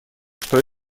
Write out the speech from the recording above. что